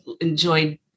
enjoyed